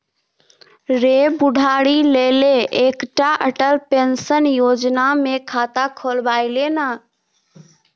रे बुढ़ारी लेल एकटा अटल पेंशन योजना मे खाता खोलबाए ले ना